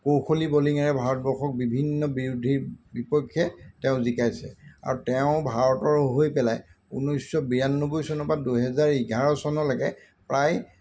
কৌশলী বলিঙেৰে ভাৰতবৰ্ষক বিভিন্ন বিৰোধী বিপক্ষে তেওঁ জিকাইছে আৰু তেওঁ ভাৰতৰ হৈ পেলাই ঊনৈছশ বিৰান্নব্বৈ চনৰপৰা দুহেজাৰ এঘাৰ চনলৈকে প্ৰায়